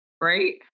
right